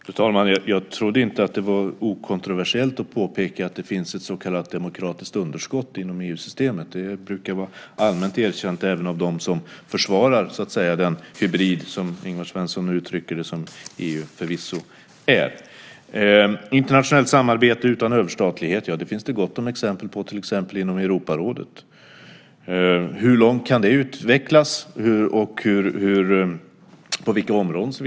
Fru talman! Jag trodde inte att det var kontroversiellt att påpeka att det finns ett så kallat demokratiskt underskott inom EU-systemet. Det brukar vara allmänt erkänt även av dem som försvarar den hybrid - som Ingvar Svensson uttrycker det - som EU förvisso är. Internationellt samarbete utan överstatlighet finns det gott om exempel på, till exempel inom Europarådet. Hur långt kan det utvecklas och på vilka områden?